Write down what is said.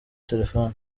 telefoni